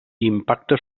impacte